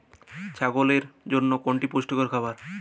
ছাগলের জন্য কোনটি পুষ্টিকর খাবার?